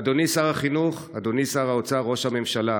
אדוני שר החינוך, אדוני שר האוצר, ראש הממשלה,